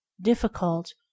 difficult